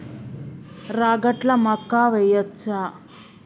రాగట్ల మక్కా వెయ్యచ్చా?